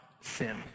sin